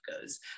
goes